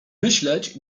myśleć